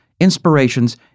inspirations